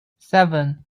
seven